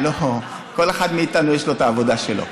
כל אחד מאיתנו יש לו את העבודה שלו.